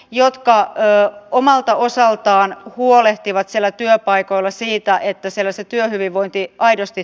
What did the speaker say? jotka omalta osaltaan huolehtivat siellä työpaikoilla siitä että selässä työhyvinvointiin aidosti